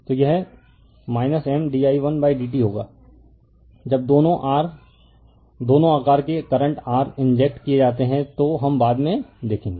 तो यह M di1dt होगा जब दोनों r दोनों आकार के करंट r इंजेक्ट किए जाते हैं तो हम बाद में देखेंगे